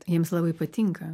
jiems labai patinka